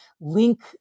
link